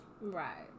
Right